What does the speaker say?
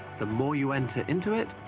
the more youenter into it,